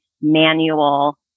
manual